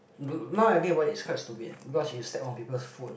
now I think about it it's quite stupid because you step on people's phone